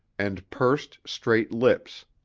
and pursed, straight lips.